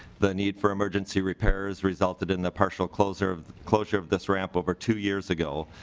the need for emergency repairs resulted in the partial closing of closing of this ramp over two years ago.